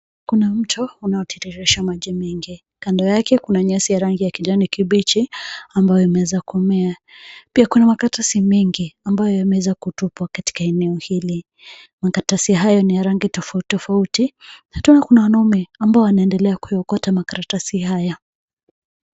Kuna mto, unaotiririsha maji mengi. Kando yake, kuna nyasi ya rangi ya kijani kibichi, ambayo imeweza kumea. Pia kuna makaratasi mengi, ambayo yameweza kutupwa, katika eneo hili. Makaratasi haya ni ya rangi tofauti tofauti, na tena kuna wanaume, ambao wanaendelea kuyaokota makaratasi haya.